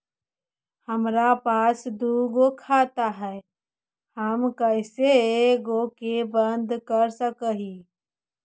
हमरा पास दु गो खाता हैं, हम कैसे एगो के बंद कर सक हिय?